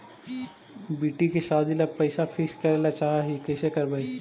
बेटि के सादी ल पैसा फिक्स करे ल चाह ही कैसे करबइ?